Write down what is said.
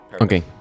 okay